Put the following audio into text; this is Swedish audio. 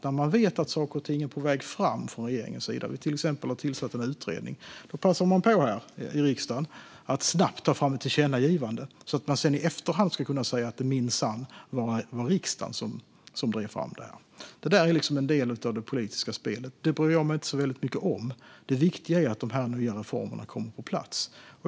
När man vet att saker och ting är på väg fram från regeringens sida - när vi till exempel har tillsatt en utredning - passar man på här i riksdagen att snabbt ta fram ett tillkännagivande så att man i efterhand ska kunna säga att det minsann var riksdagen som drev fram det hela. Det där är en del av det politiska spelet. Det bryr jag mig inte så mycket om, utan det viktiga är att de nya reformerna kommer på plats.